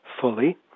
fully